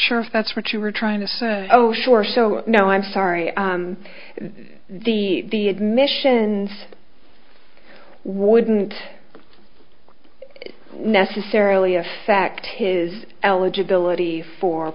sure if that's what you were trying to say oh sure so you know i'm sorry the admissions wouldn't necessarily affect his eligibility for